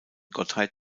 gottheit